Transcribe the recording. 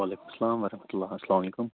وعلیکُم السلام وَرحمتہ اللہ السلامُ علیکُم